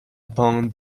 upon